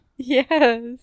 Yes